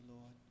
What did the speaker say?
Lord